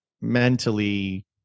mentally